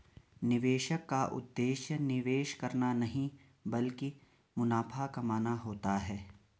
निवेशक का उद्देश्य निवेश करना नहीं ब्लकि मुनाफा कमाना होता है